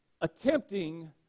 attempting